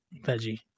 Veggie